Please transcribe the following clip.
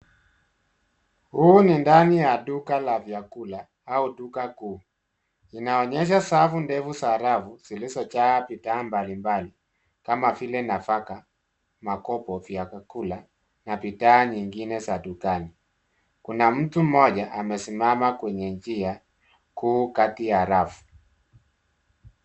Huu ni ndani ya duka la vyakula au duka kuu. Linaonyesha safu ndefu za rafu zilizojaa bidhaa mbalimbali kama vile nafaka, makopo vya vyakula na bidhaa nyingine za dukani. Kuna mtu mmoja amesimama kwenye njia kuu kati ya rafu.